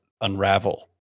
unravel